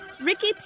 Ricky